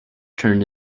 turned